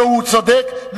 והוא צודק.